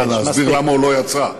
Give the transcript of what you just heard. אה, להסביר למה הוא לא יצא.